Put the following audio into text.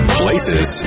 places